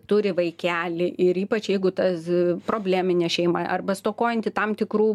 turi vaikelį ir ypač jeigu tas probleminė šeima arba stokojanti tam tikrų